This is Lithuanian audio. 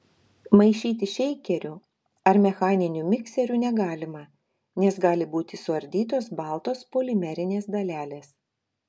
maišyti šeikeriu ar mechaniniu mikseriu negalima nes gali būti suardytos baltos polimerinės dalelės